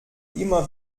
immer